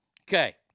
Okay